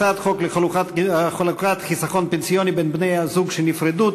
הצעת חוק לחלוקת חיסכון פנסיוני בין בני-זוג שנפרדו,